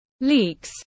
leaks